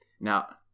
Now